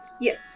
Yes